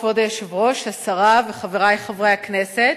כבוד היושב-ראש, השרה, חברי חברי הכנסת,